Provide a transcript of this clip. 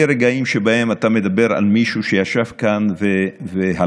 אלה רגעים שאתה מדבר על מישהו שישב כאן והלך,